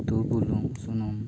ᱩᱛᱩ ᱵᱩᱞᱩᱝ ᱥᱩᱱᱩᱢ